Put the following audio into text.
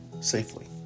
safely